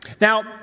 Now